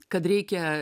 kad reikia